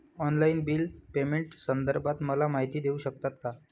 Online bill पेमेंटसंदर्भात मला माहिती देऊ शकतात का?